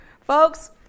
Folks